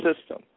system